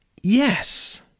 Yes